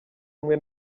rumwe